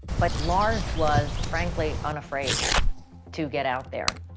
but lars was frankly unafraid to get out there.